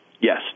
Yes